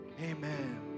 Amen